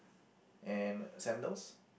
and sandals